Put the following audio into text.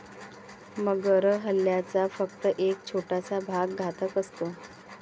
मगर हल्ल्याचा फक्त एक छोटासा भाग घातक असतो